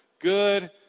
good